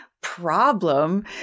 problem